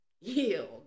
Yield